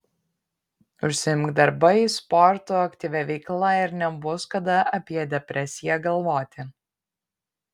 užsiimk darbais sportu aktyvia veikla ir nebus kada apie depresiją galvoti